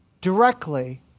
directly